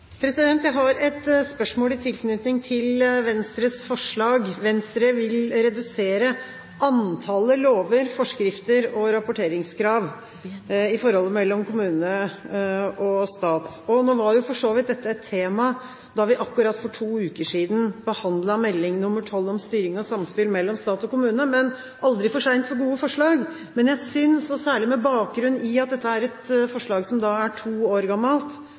Venstres forslag. Venstre vil redusere antallet lover, forskrifter og rapporteringskrav i forholdet mellom kommunene og staten. Nå var jo for så vidt dette et tema da vi for to uker siden behandlet Meld. St. 12 om styring og samspill mellom stat og kommune, men det er aldri for sent for gode forslag. Men jeg synes – særlig med bakgrunn i at dette er et forslag som er to år